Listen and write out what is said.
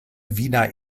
wiener